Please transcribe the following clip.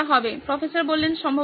professor সম্ভবত হ্যাঁ